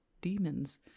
demons